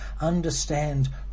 understand